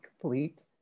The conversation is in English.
complete